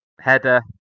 header